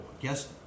Yes